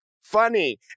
funny